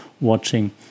watching